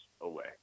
away